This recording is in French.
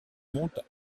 monte